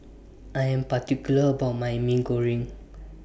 I Am particular about My Mee Goreng